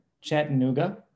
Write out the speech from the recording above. Chattanooga